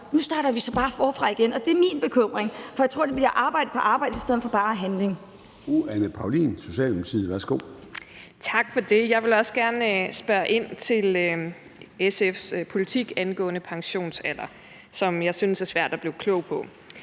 Nu starter vi så bare forfra igen, og det er min bekymring, for jeg tror, at det bliver arbejde på arbejde i stedet for bare handling.